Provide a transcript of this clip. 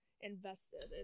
invested